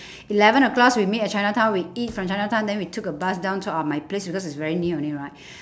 eleven o'clock we meet at chinatown we eat from chinatown then we took a bus down to uh my place because it's very near only right